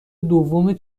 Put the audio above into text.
دوم